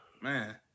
man